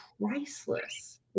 priceless